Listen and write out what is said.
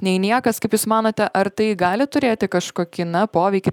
nei niekas kaip jūs manote ar tai gali turėti kažkokį na poveikį